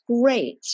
great